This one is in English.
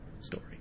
story